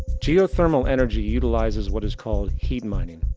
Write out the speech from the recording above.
geothermal energy utilizes what is called heat mining.